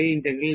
R